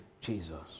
Jesus